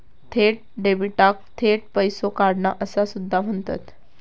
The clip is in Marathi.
थेट डेबिटाक थेट पैसो काढणा असा सुद्धा म्हणतत